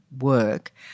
work